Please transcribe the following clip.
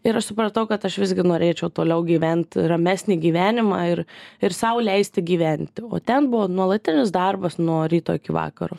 ir aš supratau kad aš visgi norėčiau toliau gyvent ramesnį gyvenimą ir ir sau leisti gyventi o ten buvo nuolatinis darbas nuo ryto iki vakaro